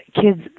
kids